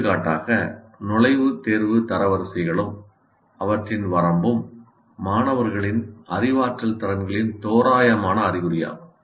எடுத்துக்காட்டாக நுழைவு தேர்வு தரவரிசைகளும் அவற்றின் வரம்பும் மாணவர்களின் அறிவாற்றல் திறன்களின் தோராயமான அறிகுறியாகும்